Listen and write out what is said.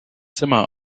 zimmer